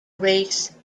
race